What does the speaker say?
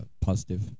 positive